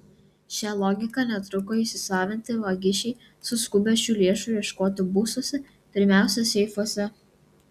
šią logiką netruko įsisavinti vagišiai suskubę šių lėšų ieškoti būstuose pirmiausia seifuose